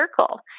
circle